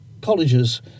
colleges